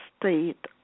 state